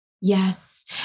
Yes